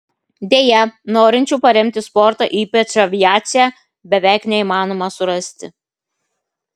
deja norinčių paremti sportą ypač aviaciją beveik neįmanoma surasti